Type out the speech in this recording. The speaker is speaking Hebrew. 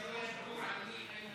שטחי אש,